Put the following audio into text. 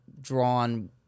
drawn